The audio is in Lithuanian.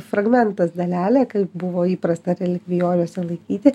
fragmentas dalelė kaip buvo įprasta relikvijoriuose laikyti